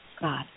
God